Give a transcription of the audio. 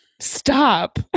Stop